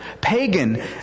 pagan